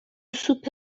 سوپ